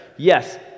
Yes